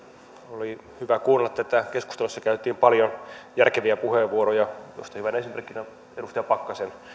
oli hyvä kuunnella tätä keskustelua jossa käytettiin paljon järkeviä puheenvuoroja tuosta hyvänä esimerkkinä edustaja pakkasen